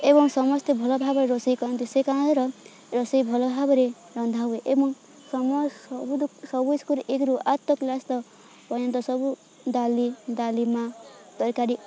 ଏବଂ ସମସ୍ତେ ଭଲ ଭାବରେ ରୋଷେଇ କରନ୍ତି ସେ କାରଣରୁ ରୋଷେଇ ଭଲ ଭାବରେ ରନ୍ଧା ହୁଏ ଏବଂ ସବୁ ସବୁ ସ୍କୁଲ୍ ଏକରୁ ଆଠ କ୍ଲାସ୍ ତ ପର୍ଯ୍ୟନ୍ତ ସବୁ ଡାଲି ଡାଲମା ତରକାରୀ